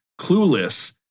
Clueless